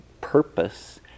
purpose